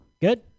Good